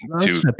two